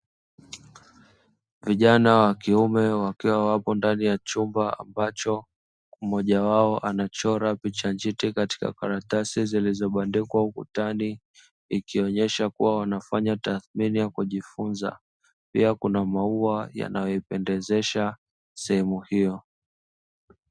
Vijana wa kiume wakiwa wapo ndani ya chumba ambacho mmoja wao anachora picha njiti katika karatasi zilizobandikwa ukutani, ikionyesha kuwa wanafanya tathmini ya kujifunza, pia kuna maua yanayoipendezesha sehemu hiyo.